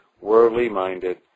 worldly-minded